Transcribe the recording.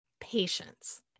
patience